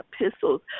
epistles